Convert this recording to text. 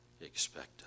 expect